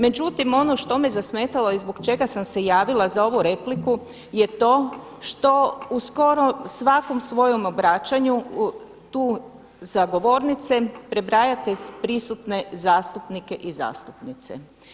Međutim ono što me zasmetalo i zbog čega sam se javila za ovu repliku je to što u skoro svakom svojem obraćanju tu sa govornice prebrajate prisutne zastupnike i zastupnice.